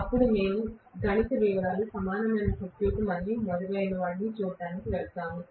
అప్పుడు మేము గణిత వివరాలు సమానమైన సర్క్యూట్ మరియు మొదలైన వాటికి వెళ్తాము